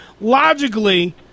logically